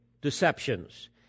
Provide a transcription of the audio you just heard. deceptions